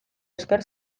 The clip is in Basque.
esker